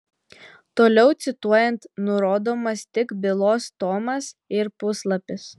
toliau cituojant nurodomas tik bylos tomas ir puslapis